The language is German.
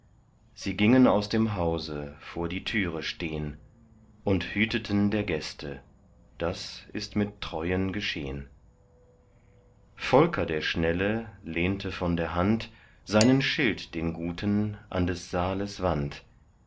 sie gingen aus dem hause vor die türe stehn und hüteten der gäste das ist mit treuen geschehn volker der schnelle lehnte von der hand seinen schild den guten an des saales wand